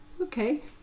Okay